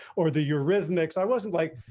or the eurythmics. i wasn't like,